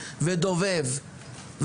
דובב,